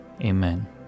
Amen